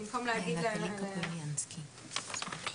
בין 83 ל-85 אחוזים מעידים על רמת